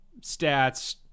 stats